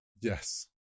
yes